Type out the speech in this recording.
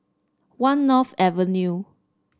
One North Avenue